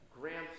Grant's